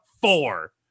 four